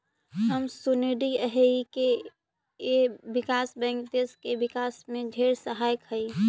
हम सुनलिअई हे विकास बैंक देस के विकास में ढेर सहायक हई